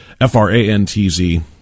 F-R-A-N-T-Z